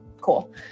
Cool